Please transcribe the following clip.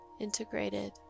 integrated